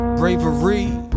bravery